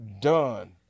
done